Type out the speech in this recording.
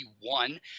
one